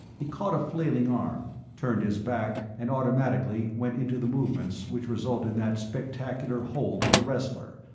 he caught a flailing arm, turned his back and automatically went into the movements which result in that spectacular hold of the wrestler,